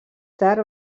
tard